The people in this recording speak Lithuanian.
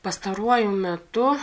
pastaruoju metu